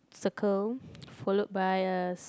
circle follow by a